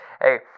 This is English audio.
Hey